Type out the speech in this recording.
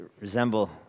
resemble